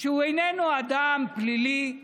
אדם שהוא איננו אדם פלילי,